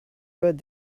good